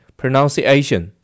pronunciation